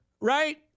right